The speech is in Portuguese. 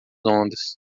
ondas